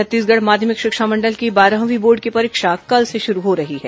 छत्तीसगढ़ माध्यमिक शिक्षा मंडल की बारहवीं बोर्ड की परीक्षा कल से शुरू हो रही है